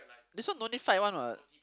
this one no need fight one [what]